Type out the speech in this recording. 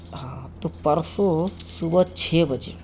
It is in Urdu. ہاں تو پرسوں صبح چھ بجے